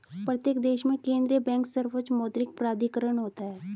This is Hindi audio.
प्रत्येक देश में केंद्रीय बैंक सर्वोच्च मौद्रिक प्राधिकरण होता है